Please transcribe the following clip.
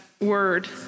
Word